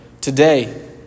today